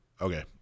Okay